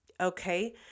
Okay